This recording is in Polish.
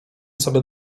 sobie